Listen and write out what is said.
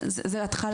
התחלה.